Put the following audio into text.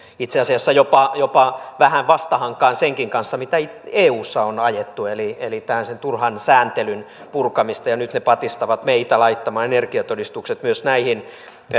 itse asiassa jopa jopa vähän vastahankaan senkin kanssa mitä eussa on ajettu eli eli on tällaista turhan sääntelyn purkamista ja nyt ne patistavat meitä laittamaan energiatodistukset myös näihin